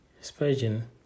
Spurgeon